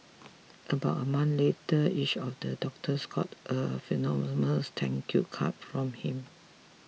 about a month later each of the doctors got a posthumous thank you card from him